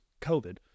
COVID